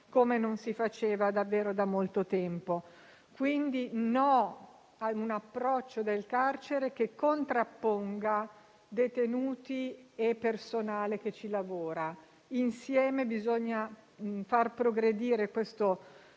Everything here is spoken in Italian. come non accadeva davvero da molto tempo. Non è accettabile un approccio al carcere che contrapponga detenuti e personale che lavora con loro. Insieme bisogna far progredire questo